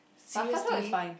but first one is fine